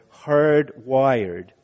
hardwired